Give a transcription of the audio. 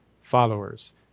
followers